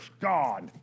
God